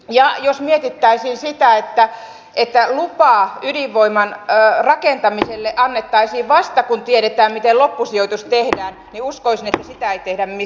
ja jos mietittäisiin sitä että lupa ydinvoiman rakentamiselle annettaisiin vasta kun tiedetään miten loppusijoitus tehdään niin uskoisin että sitä ei tehtäisi missään